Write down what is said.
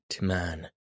man